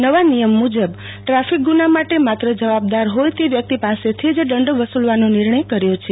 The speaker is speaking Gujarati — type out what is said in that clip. નવા નિયમ મુજબ ટ્રાફિક ગુના માટે માત્ર જવાબદાર ફોય તે વ્યક્તિ પાસેથી જ દંડ વસુલવાનો નિર્ણય કર્યો છે